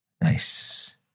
Nice